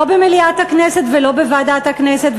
לא במליאת הכנסת ולא בוועדת הכנסת.